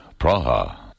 Praha